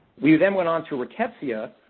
we then went on to rickettsia,